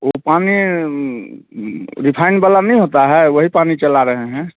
वह पानी रिफाइन वाला नय होता है वही पानी चला रहे हैं